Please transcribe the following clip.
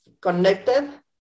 connected